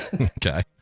Okay